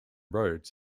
roads